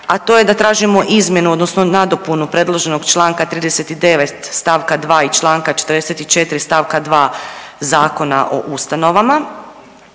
a to je da tražimo izmjenu odnosno nadopunu predloženog čl. 39. st. 2. i čl. 44. st. 2. Zakona o ustanovama,